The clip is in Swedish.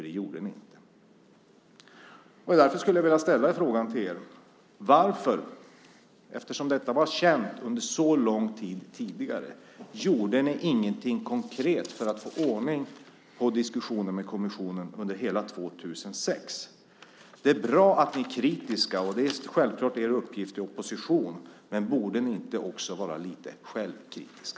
Det gjorde ni inte. Därför skulle jag vilja ställa en fråga till er. Eftersom detta var känt under så lång tid tidigare: Varför gjorde ni ingenting konkret för att få ordning på diskussionen med kommissionen under hela 2006? Det är bra att ni är kritiska, och det är självklart er uppgift i opposition, men borde ni inte också vara lite självkritiska?